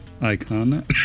icon